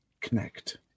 Connect